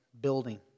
building